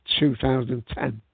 2010